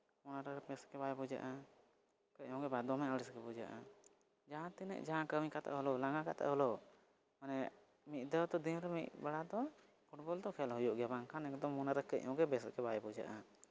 ᱢᱚᱱᱮ ᱨᱮ ᱵᱮᱥ ᱜᱮ ᱵᱟᱭ ᱵᱩᱡᱷᱟᱹᱜᱼᱟ ᱠᱟᱺᱡ ᱦᱚᱸᱜᱮ ᱵᱟᱝ ᱫᱚᱢᱮ ᱟᱹᱲᱤᱥ ᱜᱮ ᱵᱩᱡᱷᱟᱹᱜᱼᱟ ᱡᱟᱦᱟᱸᱛᱤᱱᱟᱹᱜ ᱡᱟᱦᱟᱸ ᱠᱟᱹᱢᱤ ᱠᱟᱛᱮᱫ ᱦᱳᱞᱳ ᱞᱟᱸᱜᱟ ᱠᱟᱛᱮᱫ ᱦᱳᱞᱳ ᱢᱟᱱᱮ ᱢᱤᱫ ᱫᱷᱟᱹᱣ ᱛᱚ ᱫᱤᱱ ᱨᱮ ᱢᱤᱫ ᱵᱮᱲᱟ ᱫᱚ ᱯᱷᱩᱴᱵᱚᱞ ᱫᱚ ᱠᱷᱮᱹᱞ ᱦᱩᱭᱩᱜ ᱜᱮᱭᱟ ᱵᱟᱝᱠᱷᱟᱱ ᱮᱠᱫᱚᱢ ᱢᱚᱱᱮ ᱨᱮ ᱠᱟᱺᱡ ᱦᱚᱸᱜᱮ ᱵᱮᱥ ᱜᱮ ᱵᱟᱭ ᱵᱩᱡᱷᱟᱹᱜᱼᱟ